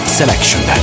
selection